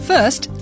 First